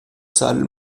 salles